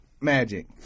magic